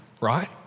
Right